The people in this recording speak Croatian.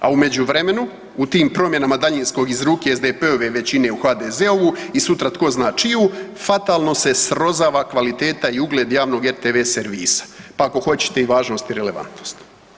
A u međuvremenu u tim promjenama daljinskog iz ruke SDP-ove većine u HDZ-ovu i sutra tko zna čiju fatalno se srozava kvaliteta i ugled javnog RTV servisa pa ako hoćete i važnost i relevantnost.